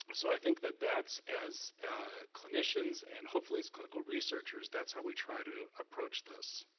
so i think that that's as ah clinicians, and hopefully as clinical researchers, that's how we try to approach this.